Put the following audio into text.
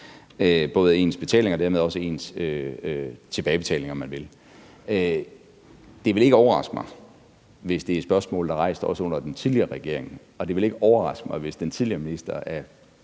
både ens betaling og dermed også ens tilbagebetaling, om man vil. Det ville ikke overraske mig, hvis det er et spørgsmål, der også blev rejst under den tidligere regering, og det ville ikke overraske mig, hvis den tidligere minister af